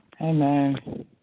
Amen